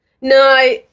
No